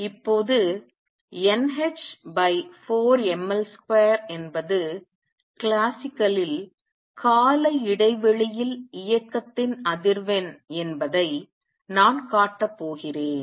இப்போது nh4ml2 என்பது கிளாசிக்கலில் கால இடைவெளியில் இயக்கத்தின் அதிர்வெண் என்பதை நான் காட்டப் போகிறேன்